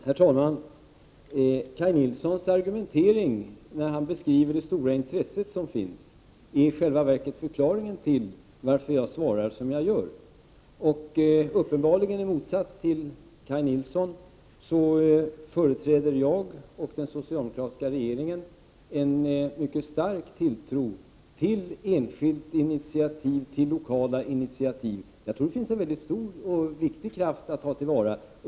Herr talman! Kaj Nilssons argumentering när han beskriver det stora intresse som finns är i själva verket förklaringen till att jag svarar som jag gör. Uppenbarligen i motsats till Kaj Nilsson har jag och den socialdemokratiska regeringen en mycket stark tilltro till enskilda och lokala initiativ. Jag tror att det finns mycket stor och viktig kraft att ta till vara.